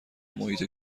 محیط